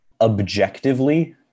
objectively